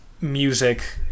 music